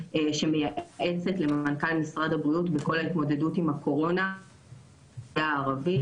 שמייעצת למנכ"ל משרד הבריאות בכל ההתמודדות עם הקורונה בחברה הערבית,